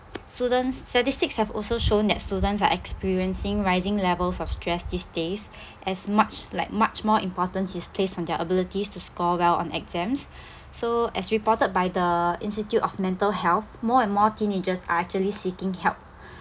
students statistics have also shown that students are experiencing rising levels of stress these days as much like much more importance is placed on their abilities to score well on exams so as reported by the institute of mental health more and more teenagers are actually seeking help